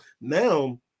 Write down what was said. now